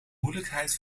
moeilijkheid